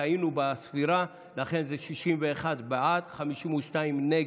טעינו בספירה, לכן זה 61 בעד, 52 נגד.